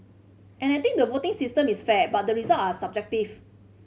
and I think the voting system is fair but the result are subjective